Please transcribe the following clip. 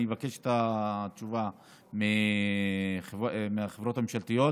אני אבקש את התשובה מהחברות הממשלתיות